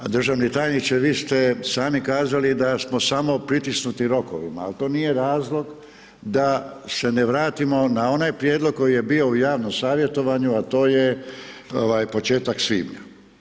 A državni tajniče, vi ste sami kazali da smo samo pritisnuti rokovima ali to nije razlog da se ne vratimo na onaj prijedlog koji je bio u javnom savjetovanju a to je početak svibnja.